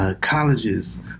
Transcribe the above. Colleges